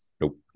Nope